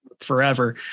forever